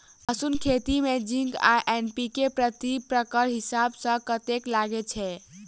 लहसून खेती मे जिंक आ एन.पी.के प्रति एकड़ हिसाब सँ कतेक लागै छै?